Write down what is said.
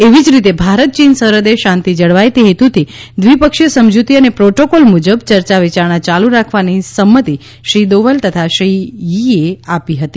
એવી જ રીતે ભારત ચીન સરહદે શાંતિ જળવાય તે હેતુથી દ્વિપક્ષીય સમજુતી અને પ્રોટોકોલ મુજબ ચર્ચાવિયારણા યાલુ રાખવાની સંમતિ શ્રી દોવલ તથા શ્રી યી એ આપી હતી